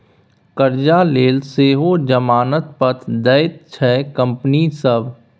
करजा लेल सेहो जमानत पत्र दैत छै कंपनी सभ